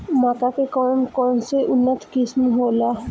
मक्का के कौन कौनसे उन्नत किस्म होला?